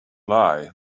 lie